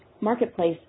marketplace